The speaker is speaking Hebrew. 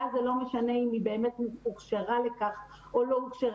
ואז זה לא משנה אם היא באמת הוכשרה לכך או לא הוכשרה,